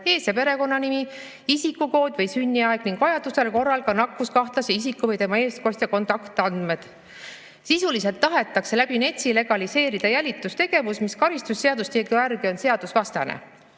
ees‑ ja perekonnanimi, isikukood või sünniaeg ning vajaduse korral ka nakkuskahtlase isiku või tema eestkostja kontaktandmed. Sisuliselt tahetakse läbi NETS-i legaliseerida jälitustegevus, mis karistusseadustiku järgi on seadusvastane.